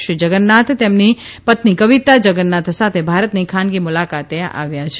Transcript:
શ્રી જગન્નાથ તેમની પત્ની કવિતા જગન્નાથ સાથે ભારતની ખાનગી મુલાકાતે આવ્યા છે